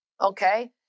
Okay